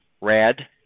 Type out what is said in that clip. red